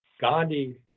gandhi